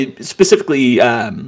Specifically